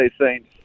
saints